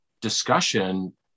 discussion